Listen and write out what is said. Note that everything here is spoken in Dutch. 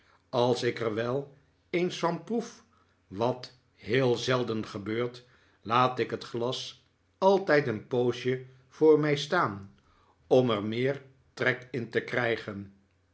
als ik er wel eens van proef wat heel zelden gebeurt laat ik het glas altijd een poosje voor mij staan om er meer trek in te krijgen